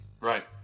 Right